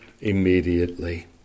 immediately